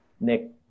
nick